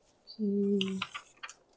okay